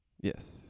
Yes